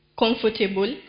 comfortable